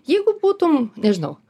jeigu būtum nežinau